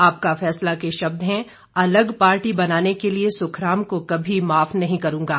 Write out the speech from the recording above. आपका फैसला के शब्द हैं अलग पार्टी बनाने के लिए सुखराम को कभी माफ नहीं करूंगा